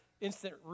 instant